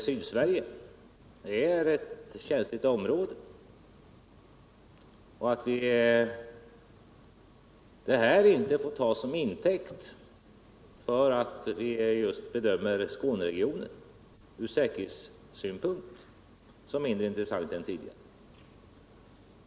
Sydsverige är ett känsligt område, och propositionens förslag får inte tas som intäkt för att vi bedömer just Skåneregionen från säkerhetssynpunkt som mindre intressant än tidigare.